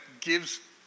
gives